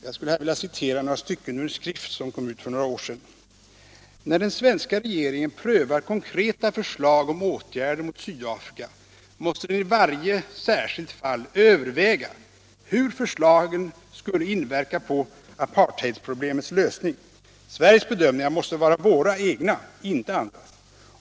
Jag skulle här vilja citera några stycken ur en skrift som kom ut för några år sedan: ”När den svenska regeringen prövar konkreta förslag om åtgärder mot Sydafrika måste den i varje särskilt fall överväga hur förslagen skulle inverka på apartheidproblemets lösning. Sveriges bedömningar måste vara våra egna, inte andras.